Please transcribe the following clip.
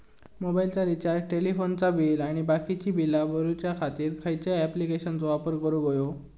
मोबाईलाचा रिचार्ज टेलिफोनाचा बिल आणि बाकीची बिला भरूच्या खातीर खयच्या ॲप्लिकेशनाचो वापर करूक होयो?